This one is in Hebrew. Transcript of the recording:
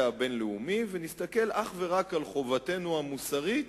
הבין-לאומי ונסתכל אך ורק על חובתנו המוסרית,